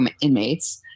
inmates